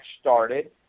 started